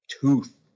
tooth